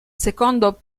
secondo